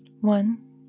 One